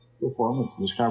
performance